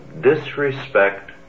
disrespect